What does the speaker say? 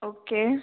okay